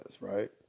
right